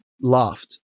laughed